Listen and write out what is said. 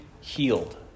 healed